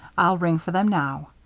i'll ring for them now.